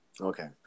Okay